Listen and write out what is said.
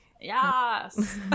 Yes